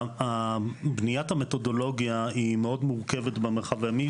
בניית המתודולוגיה היא מאוד מורכבת במרחב הימי,